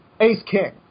Ace-King